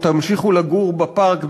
או תמשיכו לגור בפארק,